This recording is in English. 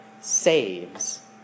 saves